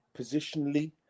positionally